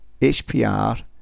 HPR